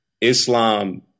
Islam